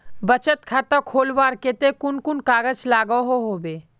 बचत खाता खोलवार केते कुन कुन कागज लागोहो होबे?